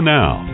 Now